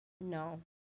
No